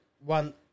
one